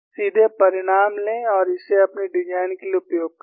सीधे परिणाम लें और इसे अपने डिजाइन के लिए उपयोग करें